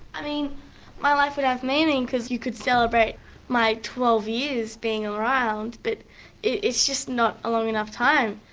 i mean my life would have meaning because you could celebrate my twelve years being around, but it's just not a long enough time.